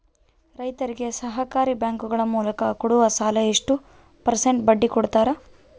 ರೈತರಿಗೆ ಸಹಕಾರಿ ಬ್ಯಾಂಕುಗಳ ಮೂಲಕ ಕೊಡುವ ಸಾಲ ಎಷ್ಟು ಪರ್ಸೆಂಟ್ ಬಡ್ಡಿ ಕೊಡುತ್ತಾರೆ?